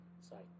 Sorry